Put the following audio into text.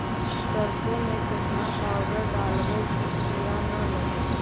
सरसों में केतना पाउडर डालबइ कि किड़ा न लगे?